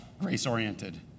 grace-oriented